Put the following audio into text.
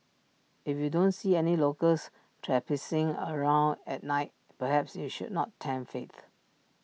if you don't see any locals traipsing around at night perhaps you should not tempt fate